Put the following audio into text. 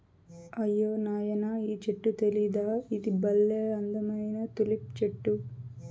అయ్యో నాయనా ఈ చెట్టు తెలీదా ఇది బల్లే అందమైన తులిప్ చెట్టు